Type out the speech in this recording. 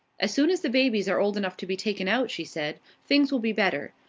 as soon as the babies are old enough to be taken out, she said, things will be better.